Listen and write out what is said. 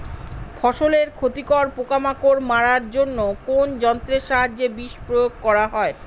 ফসলের ক্ষতিকর পোকামাকড় মারার জন্য কোন যন্ত্রের সাহায্যে বিষ প্রয়োগ করা হয়?